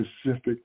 specific